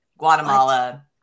Guatemala